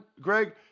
Greg